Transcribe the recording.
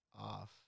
off